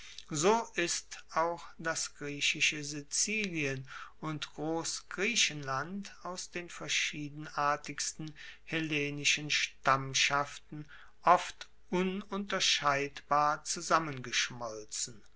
so ist auch das griechische sizilien und grossgriechenland aus den verschiedenartigsten hellenischen stammschaften oft ununterscheidbar zusammengeschmolzen